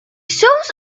thought